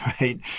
right